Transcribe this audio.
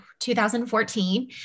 2014